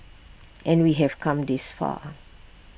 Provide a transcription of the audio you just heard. and we have come this far